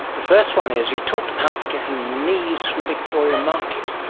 the first one is, you talked about getting knees from victoria market.